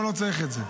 אני לא צריך את זה.